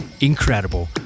incredible